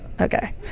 Okay